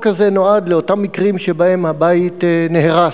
הזה נועד לאותם מקרים שבהם הבית נהרס,